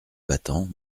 battant